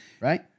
right